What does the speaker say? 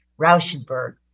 Rauschenberg